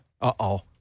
Uh-oh